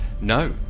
No